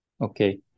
Okay